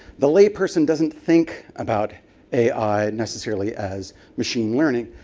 the layperson doesn't think about ai necessarily as machine learning.